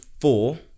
four